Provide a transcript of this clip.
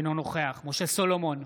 אינו נוכח משה סולומון,